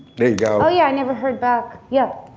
there you go. oh yeah never heard back. yeah.